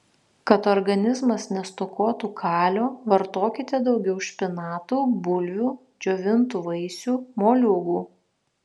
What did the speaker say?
kad organizmas nestokotų kalio vartokite daugiau špinatų bulvių džiovintų vaisių moliūgų